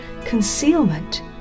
concealment